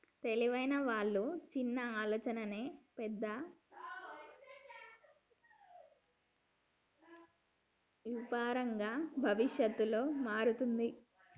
తెలివైన వాళ్ళ చిన్న ఆలోచనే పెద్ద యాపారంగా భవిష్యత్తులో మారతాది